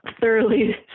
thoroughly